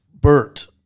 Bert